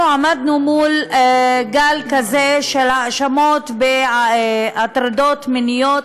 אנחנו עמדנו מול גל של האשמות בהטרדות מיניות